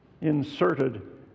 inserted